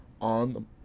on